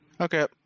Okay